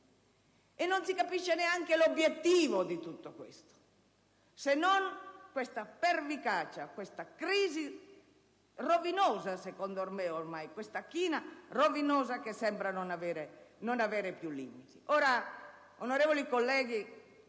E non si capisce neanche l'obiettivo di tutto questo, se non questa pervicacia, questa crisi rovinosa (secondo me, ormai), questa china rovinosa che sembra non avere più limiti.